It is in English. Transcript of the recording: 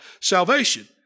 salvation